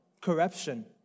corruption